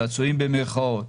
צעצועים במירכאות,